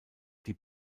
die